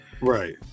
right